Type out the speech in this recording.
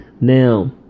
Now